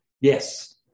Yes